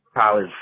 college